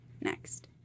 next